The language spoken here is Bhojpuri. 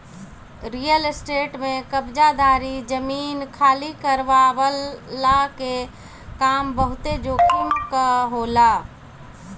रियल स्टेट में कब्ज़ादारी, जमीन खाली करववला के काम बहुते जोखिम कअ होला